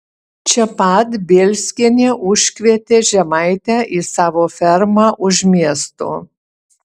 čia pat bielskienė užkvietė žemaitę į savo fermą už miesto